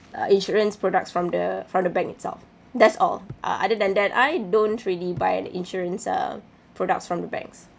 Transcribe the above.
uh insurance products from the from the bank itself that's all uh other than that I don't really buy the insurance uh products from the banks